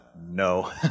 no